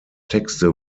texte